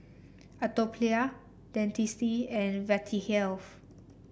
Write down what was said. Atopiclair Dentiste and Vitahealth